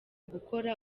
gukora